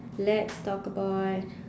let's talk about